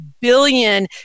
billion